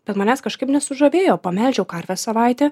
bet manęs kažkaip nesužavėjo pamelžiau karvę savaitę